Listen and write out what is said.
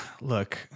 look